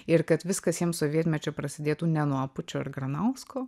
ir kad viskas jiem sovietmečiu prasidėtų ne nuo apučio ir granausko